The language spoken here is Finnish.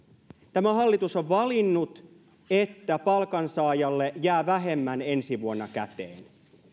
tämä hallitus on valinnut että palkansaajalle jää vähemmän ensi vuonna käteen